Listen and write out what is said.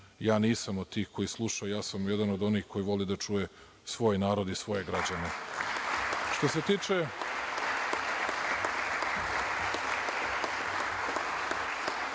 Ja nisam od tih koji sluša, ja sam jedan od onih koji voli da čuje svoj narod i svoje građane. Inače